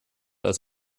als